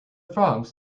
frogs